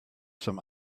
some